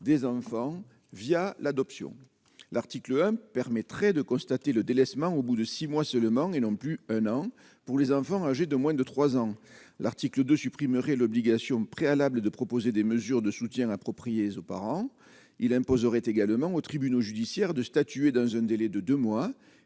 des enfants via l'adoption, l'article 1, permettrait de constater le délaissement au bout de 6 mois seulement et non plus un an pour les enfants âgés de moins de 3 ans, l'article 2 supprimerait l'obligation préalable de proposer des mesures de soutien appropriés aux parents, il imposerait également aux tribunaux judiciaires de statuer dans un délai de 2 mois,